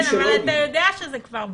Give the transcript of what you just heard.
אבל אתה יודע שזה כבר בחוק.